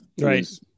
right